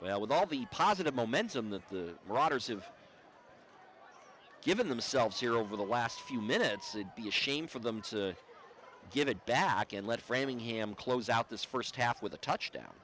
well with all the positive momentum that the riders have given themselves here over the last few minutes it be a shame for them to give it back and let framingham close out this first half with a touchdown